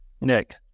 Nick